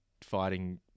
fighting